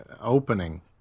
opening